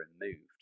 removed